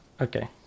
Okay